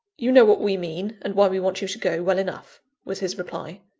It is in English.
you know what we mean, and why we want you to go, well enough, was his reply.